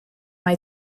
mae